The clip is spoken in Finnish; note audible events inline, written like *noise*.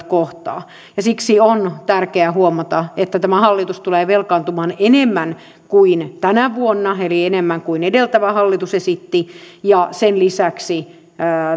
*unintelligible* kohtaa siksi on tärkeää huomata että tämä hallitus tulee velkaantumaan enemmän kuin tänä vuonna eli enemmän kuin edeltävä hallitus esitti ja sen lisäksi